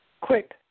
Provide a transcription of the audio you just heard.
Quick